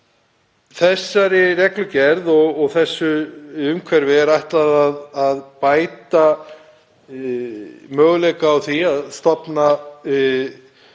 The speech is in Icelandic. Þessari reglugerð og þessu umhverfi er ætlað að bæta möguleika á því að stofna og